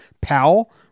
powell